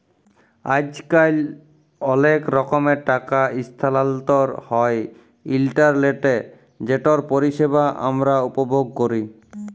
আইজকাল অলেক রকমের টাকা ইসথালাল্তর হ্যয় ইলটারলেটে যেটর পরিষেবা আমরা উপভোগ ক্যরি